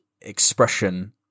expression